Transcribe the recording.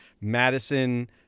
Madison